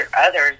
others